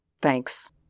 Thanks